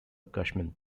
cushman